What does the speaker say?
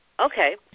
Okay